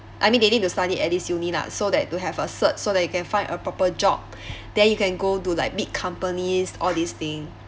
I mean they need to study at least uni lah so that to have a cert so that you can find a proper job then you can go to like big companies all these thing